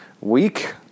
week